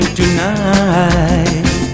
tonight